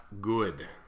good